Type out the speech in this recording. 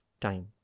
time